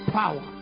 power